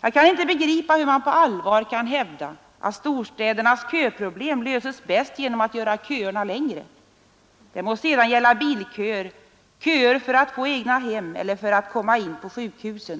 Jag kan inte begripa hur man på allvar kan hävda att storstädernas köproblem löses bäst genom att man gör köerna längre — det må sedan gälla bilköer, köer för att få egna hem eller för att komma in på sjukhus.